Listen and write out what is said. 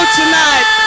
tonight